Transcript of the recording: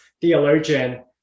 Theologian